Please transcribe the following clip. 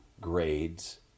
Grades